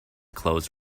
clothes